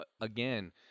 again